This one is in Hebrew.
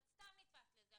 את סתם נתפסת לזה.